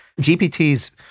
GPT's